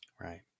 Right